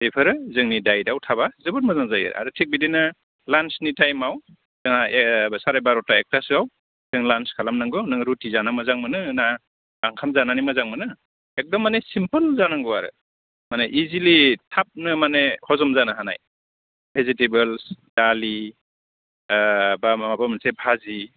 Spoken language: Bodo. बेफोरो जोंनि डायेटआव थाबा जोबोद मोजां जायो आरो थिक बिदिनो लान्सनि टाइमआव दा सारे बार'ता एकतासोआव जों लान्स खालामनांगौ नों रुटि जाना मोजां मोनो ना ओंखाम जानानै मोजां मोनो एकदम माने सिम्पोल जानांगौ आरो माने इजिलि थाबनो माने हजम जानो हानाय भेजिटेबल्स दालि बा माबाफोर मोनसे भाजि